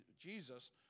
Jesus